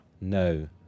no